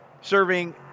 serving